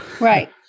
right